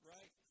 Right